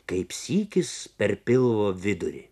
kaip sykis per pilvo vidurį